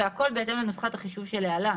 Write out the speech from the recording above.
והכל בהתאם לנוסחת החישוב שלהלן.